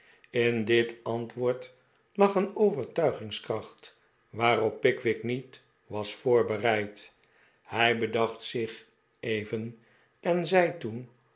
in dit antwoord lag een overtuigingskracht waarop pickwick niet was voorbereid hij bedacht zich even en zei toen